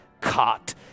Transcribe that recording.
caught